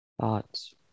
thoughts